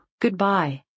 Goodbye